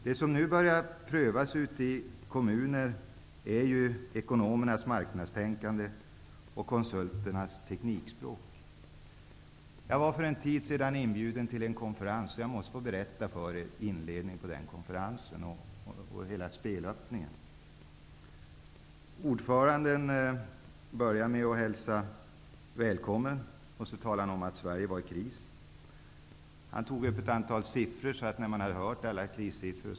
Det som nu börjar prövas ute i kommuner är ekonomernas marknadstänkande och konsulternas teknikspråk. Jag blev för en tid sedan inbjuden till en konferens, och jag måste få berätta om inledningen och spelöppningen vid den konferensen. Ordföranden började med att hälsa välkommen och talade sedan om att Sverige är i kris. Han redovisade också ett antal siffror som belyste krisen.